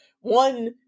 one